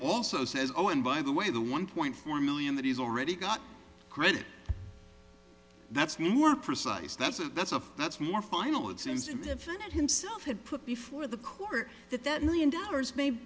also says oh and by the way the one point four million that he's already got credit that's more precise that's a that's a that's more final exams in the senate himself had put before the court that that million dollars